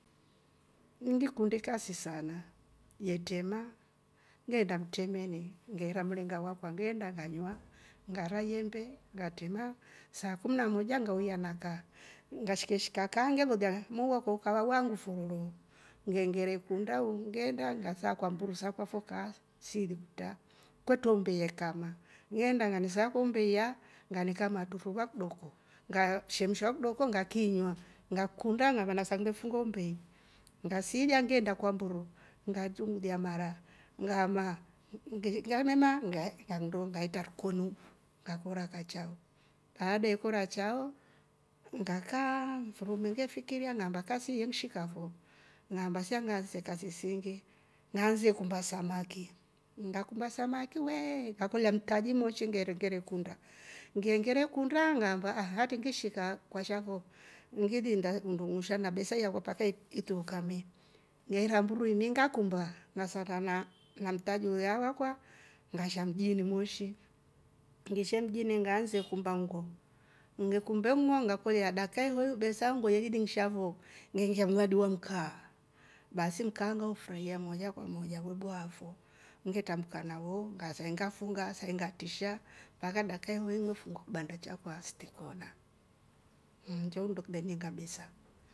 Ngikundi kasi sana ye trema ngeenda mtremeni, ngeera mringa wakwa ngeenda nganywa ngara yembe ngatrema saa kumi na moja ngauya nakaa, ngashike shika kaa nge lolya moyo wakwa ukava fororoo ngee engere ikunda u ngeenda ngasa akulya mburu sakwa fo kaa sili kutra kwetre umbe ye kama ngeenda ngane saakua umbe iya, nganekama truruva kidoko ngashemsha ooh kidoko ngakiinywa ngakuunda, ngaamba naksa ngile fuga ng'ombe hii, ngasiilya ngeenda kwa mburu nga trumbulia mara ngamaa, ngaitra rikoni ngakora kachao baada ikora chao ngakaaa mfiri umungefikiiria ngaamba kasiye nshika fo ngaamba sia ngaase kaasi seengi, ngaasa ikumba samaki ngakumba samakii we ngakolya mtaji umchenge rekunda, ngengere ikunda ngaamba haatri ngishe kaakwasha fo ngili inda undung'uusha na besa hii yakwa mpaka ituukame, ngeera mburu ivili ngakumba ngasanda na mtaji ulya wakwa ngasha mjini moshi, ngishe mjini ngaasa ikumba nguo ngikumbe nguo ngakolya dakika hiyoi besa ilinsha fo ngeeingia mradi wa mkaa basimradi wa mkaa ngaufurahia moja kwa moja we bwaafo, ngasha ngafunga saa i ngatrisha mpaka dakikayi nwoowo ngefungua kibanda chakwa mm ncho nndo kile niinga kileniinga besa